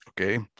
okay